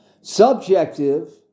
Subjective